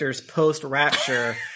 post-rapture